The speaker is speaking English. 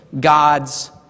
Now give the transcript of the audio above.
God's